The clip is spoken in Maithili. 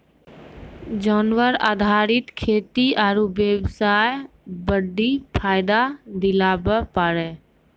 जानवर आधारित खेती आरू बेबसाय बड्डी फायदा दिलाबै पारै